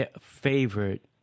favorite